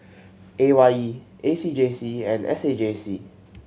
A Y E A C J C and S A J C